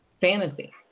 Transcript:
fantasy